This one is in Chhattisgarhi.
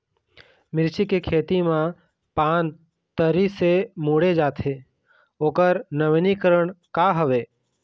मिर्ची के खेती मा पान तरी से मुड़े जाथे ओकर नवीनीकरण का हवे?